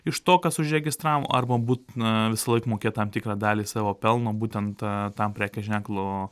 iš to kas užregistravo arba būt na visąlaik mokėt tam tikrą dalį savo pelno būtent tam prekės ženklo